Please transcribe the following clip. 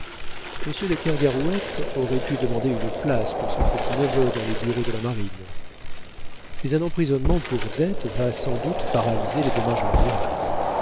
monsieur de kergarouët aurait pu demander une place pour son petit neveu dans les bureaux de la marine mais un emprisonnement pour dettes va sans doute paralyser les démarches de l'amiral